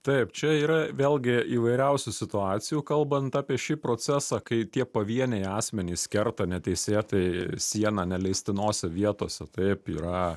taip čia yra vėlgi įvairiausių situacijų kalbant apie šį procesą kai tie pavieniai asmenys kerta neteisėtai sieną neleistinose vietose taip yra